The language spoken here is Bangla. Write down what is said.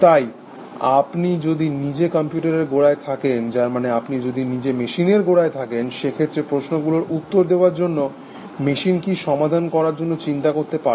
তাই আপনি যদি নিজে কম্পিউটারের গোড়ায় থাকেন যার মানে আপনি যদি নিজে মেশিনের গোড়ায় থাকেন সেক্ষেত্রে প্রশ্নগুলোর উত্তর দেওয়ার জন্য মেশিন কি সমাধান করার জন্য চিন্তা করতে পারবে